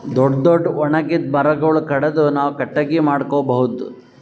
ದೊಡ್ಡ್ ದೊಡ್ಡ್ ಒಣಗಿದ್ ಮರಗೊಳ್ ಕಡದು ನಾವ್ ಕಟ್ಟಗಿ ಮಾಡ್ಕೊಬಹುದ್